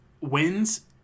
wins